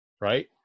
right